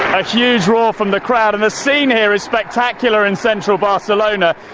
a huge roar from the crowd, and the scene here is spectacular in central barcelona.